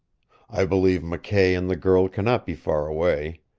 i believe mckay and the girl cannot be far away.